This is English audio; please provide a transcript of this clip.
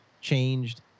changed